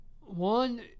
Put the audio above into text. One